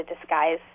disguise